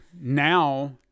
now